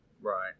Right